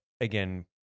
Again